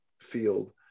field